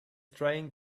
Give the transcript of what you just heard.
trying